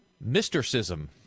mysticism